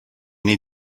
need